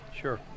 Sure